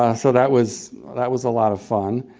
ah so that was that was a lot of fun.